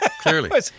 clearly